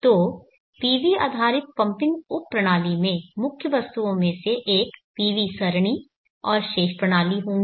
तो PV आधारित pumping उप प्रणाली में मुख्य वस्तुओं में से एक PV सरणी और शेष प्रणाली होंगी